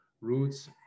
roots